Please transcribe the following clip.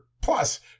plus